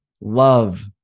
love